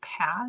path